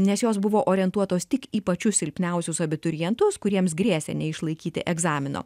nes jos buvo orientuotos tik į pačius silpniausius abiturientus kuriems grėsė neišlaikyti egzamino